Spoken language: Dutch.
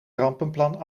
rampenplan